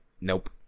nope